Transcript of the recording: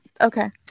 Okay